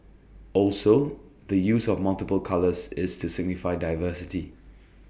also the use of multiple colours is to signify diversity